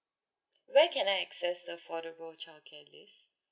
where can I access the affordable child care list